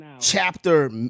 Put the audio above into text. Chapter